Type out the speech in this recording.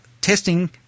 testing